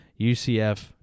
UCF